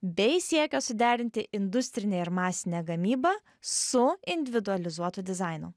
bei siekio suderinti industrinę ir masinę gamybą su individualizuotu dizainu